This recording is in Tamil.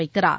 வைக்கிறார்